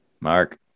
Mark